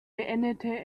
beendete